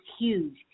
huge